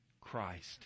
Christ